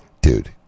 Dude